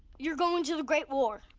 you're going to the great war?